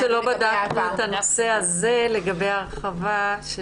האמת שלא בדקנו את הנושא הזה לגבי ההרחבה.